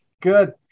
good